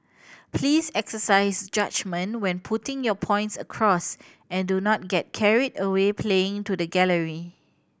please exercise judgement when putting your points across and do not get carried away playing to the gallery